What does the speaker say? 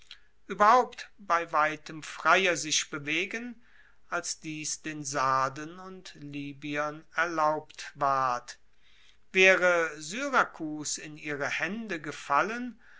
ueberhaupt bei weitem freier sich bewegen als dies den sarden und libyern erlaubt ward waere syrakus in ihre haende gefallen